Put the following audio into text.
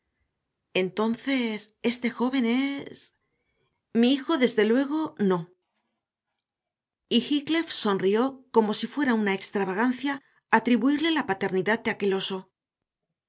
entonces este joven es mi hijo desde luego no y heathcliff sonrió como si fuera una extravagancia atribuirle la paternidad de aquel oso